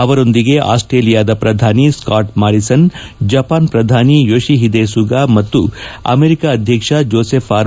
ಅವರೊಂದಿಗೆ ಆಸ್ವೇಲಿಯಾದ ಪ್ರಧಾನಿ ಸ್ಟಾಟ್ ಮಾರಿಸನ್ ಜಪಾನ್ ಪ್ರಧಾನಿ ಯೋಶಿಹಿದೆ ಸುಗಾ ಮತ್ತು ಅಮೆರಿಕ ಅಧ್ಯಕ್ಷ ಜೋಸೆಫ್ ಆರ್